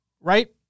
right